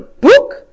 book